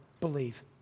believe